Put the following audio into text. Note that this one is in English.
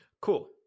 Cool